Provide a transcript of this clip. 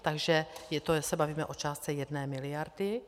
Takže je to, že se bavíme o částce jedné miliardy.